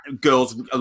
girls